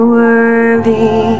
worthy